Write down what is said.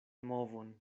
movon